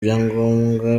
ibyangombwa